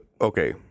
okay